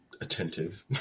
Attentive